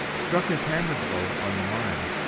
struck his hammer blo on the marne.